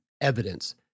evidence